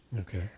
Okay